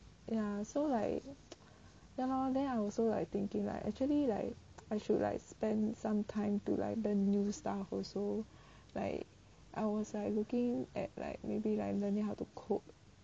ya so like ya lor then I also like thinking like actually like I should like spend some time to like learn new stuff also I was like looking at like maybe like learning how to cook